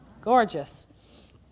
gorgeous